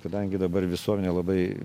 kadangi dabar visuomenė labai